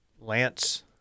Lance